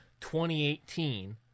2018